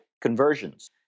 conversions